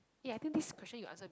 eh I think this question you answer